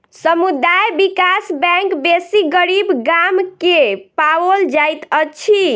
समुदाय विकास बैंक बेसी गरीब गाम में पाओल जाइत अछि